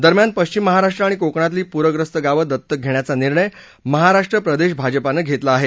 दरम्यान पश्चिम महाराष्ट्र आणि कोकणातली पूरग्रस्त गावं दत्तक घेण्याचा निर्णय महाराष्ट्र प्रदेश भाजपानं घेतला आहे